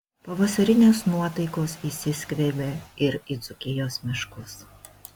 pavasarinės nuotaikos įsiskverbė ir į dzūkijos miškus